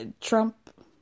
Trump